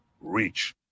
reach